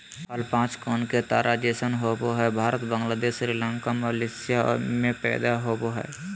फल पांच कोण के तारा जैसन होवय हई भारत, बांग्लादेश, श्रीलंका, मलेशिया में पैदा होवई हई